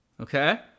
Okay